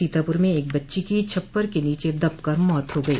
सीतापुर में एक बच्ची की छप्पर के नीचे दबकर मौत हो गयी